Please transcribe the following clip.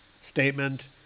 Statement